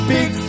Big